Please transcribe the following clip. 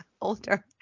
older